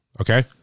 Okay